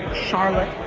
charlotte